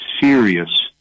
serious